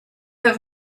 have